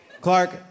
Clark